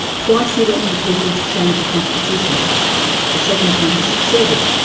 twice he went to the people to change the constitution the second time he succeeded,